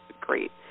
great